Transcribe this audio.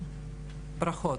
ברכות.